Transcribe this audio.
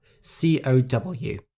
C-O-W